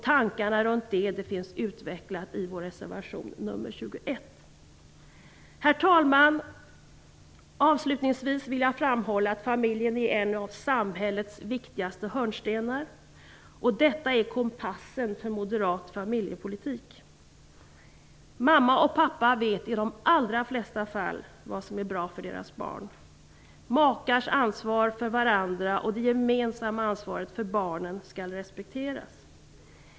Tankarna kring detta finns utvecklat i vår reservation nr 21. Herr talman! Avslutningsvis vill jag framhålla att familjen är en av samhällets viktigaste hörnstenar, och detta är kompassen för moderat familjepolitik. Mamma och pappa vet i de allra flesta fall vad som är bra för deras barn. Makars ansvar för varandra och det gemensamma ansvaret för barnen skall respekteras.